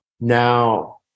now